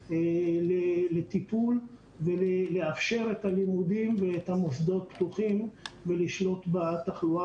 לטיפול ולאפשר את הלימודים ואת המוסדות פתוחים ולשלוט בתחלואה